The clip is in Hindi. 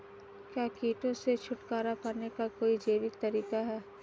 क्या कीटों से छुटकारा पाने का कोई जैविक तरीका है?